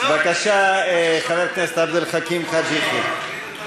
בבקשה, חבר הכנסת עבד אל חכים חאג' יחיא.